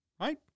right